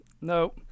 No